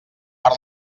per